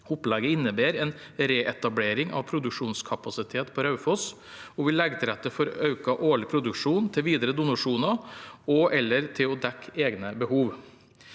Opplegget innebærer en reetablering av produksjonskapasitet på Raufoss og vil legge til rette for økt årlig produksjon til videre donasjoner og/eller til å dekke egne behov.